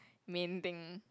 main thing